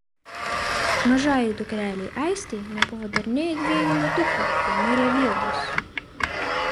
mažajai dukrelei aistei nebuvo dar nė dvejų metukų kai mirė vyras